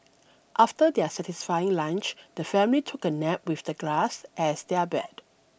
after their satisfying lunch the family took a nap with the grass as their bed